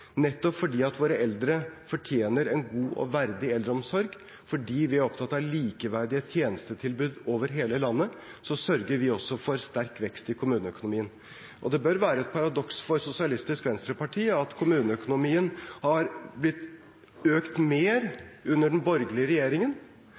Nettopp fordi våre eldre fortjener en god og verdig eldreomsorg, fordi vi er opptatt av likeverdige tjenestetilbud over hele landet, sørger vi også for sterk vekst i kommuneøkonomien. Det bør være et paradoks for Sosialistisk Venstreparti at kommuneøkonomien har økt mer